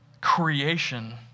creation